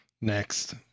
Next